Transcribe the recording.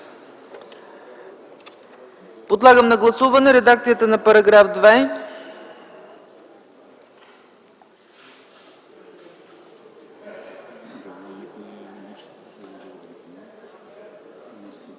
Подлагам на гласуване редакцията на § 2.